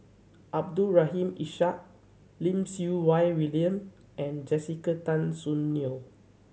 Abdul Rahim Ishak Lim Siew Wai William and Jessica Tan Soon Neo